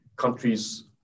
countries